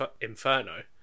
Inferno